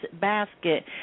basket